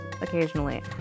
occasionally